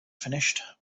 finished